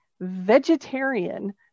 vegetarian